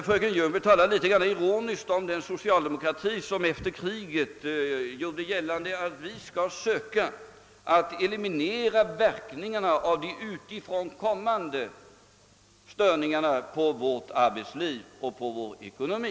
Fröken Ljungberg talade något ironiskt om den socialdemokrati som efter andra världskriget gjorde gällande att den skulle söka eliminera verkningarna av de utifrån kommande störningarna på vårt arbetsliv och på vår ekonomi.